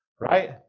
right